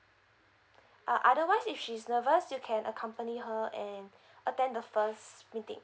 uh otherwise if she's nervous you can accompany her and attend the first meeting